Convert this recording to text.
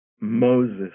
Moses